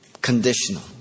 conditional